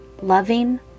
Loving